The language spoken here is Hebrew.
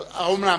האומנם?